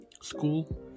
school